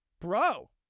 Bro